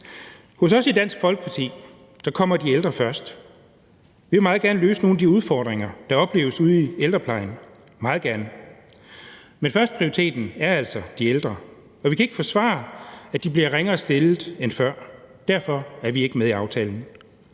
Hos os i Dansk Folkeparti kommer de ældre først. Vi vil meget gerne løse nogle af de udfordringer, der opleves ude i ældreplejen – meget gerne. Men førsteprioriteten er altså de ældre, og vi kan ikke forsvare, at de bliver ringere stillet end før. Derfor er vi ikke med i aftalen.